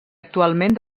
actualment